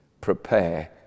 prepare